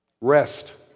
Rest